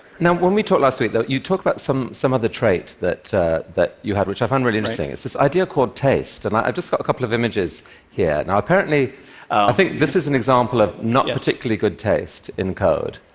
now, when we talked last week, you talked about some some other trait that that you have, which i found really interesting. it's this idea called taste. and i've just got a couple of images yeah here. i think this is an example of not yeah particularly good taste in code,